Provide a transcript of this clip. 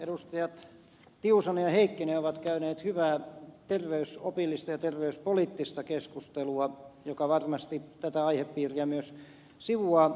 edustajat tiusanen ja heikkinen ovat käyneet hyvää terveysopillista ja terveyspoliittista keskustelua joka varmasti tätä aihepiiriä myös sivuaa